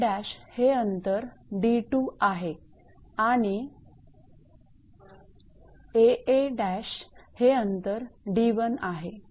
𝐵𝐵′ हे अंतर 𝑑2 आहे आणि 𝐴𝐴′ हे अंतर 𝑑1 आहे